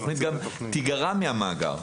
התוכנית תגרע מהמאגר.